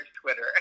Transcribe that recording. Twitter